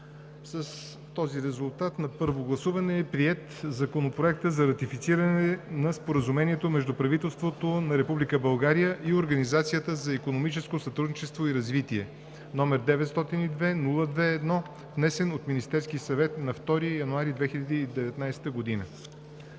С този резултат на първо гласуване е приет Законопроект за ратифициране на Споразумението между правителството на Република България и Организацията за икономическо сътрудничество и развитие, № 902-02-1, внесен от Министерския съвет на 2 януари 2019 г.